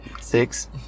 Six